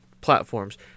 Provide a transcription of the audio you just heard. platforms